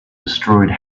destroyed